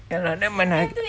ya lah then when I